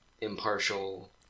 impartial